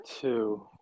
two